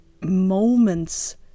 moments